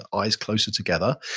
eyes closer together.